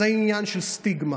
זה עניין של סטיגמה,